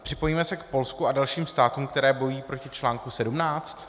Připojíme se k Polsku a dalším státům, které bojují proti článku 17?